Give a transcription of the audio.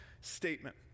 statement